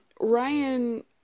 ryan